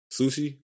Sushi